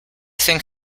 think